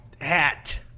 Hat